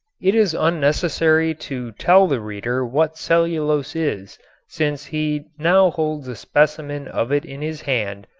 it is unnecessary to tell the reader what cellulose is since he now holds a specimen of it in his hand,